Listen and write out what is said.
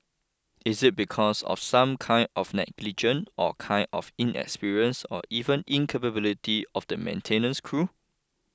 is it because of some kind of negligence or kind of inexperience or even incapability of the maintenance crew